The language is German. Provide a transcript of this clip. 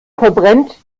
verbrennt